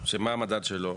שמה המדד שלו?